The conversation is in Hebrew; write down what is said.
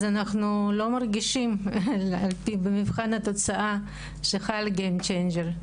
אנחנו לא מרגישים על פי מבחן התוצאה שחל גיים צ'יינג'ר,